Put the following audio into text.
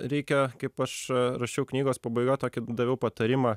reikia kaip aš rašiau knygos pabaigoj tokį daviau patarimą